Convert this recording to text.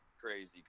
crazy